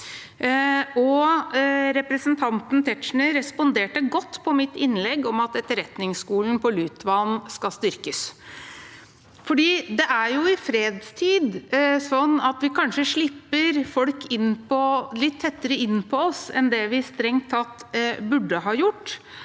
Representanten Tetzschner responderte godt på mitt innlegg om at Etterretningsskolen på Lutvann skal styrkes. Det er i fredstid vi kanskje slipper folk litt tettere inn på oss enn det vi strengt tatt burde ha gjort,